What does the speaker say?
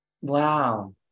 wow